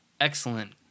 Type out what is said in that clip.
Excellent